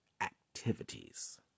activities